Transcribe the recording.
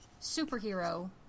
superhero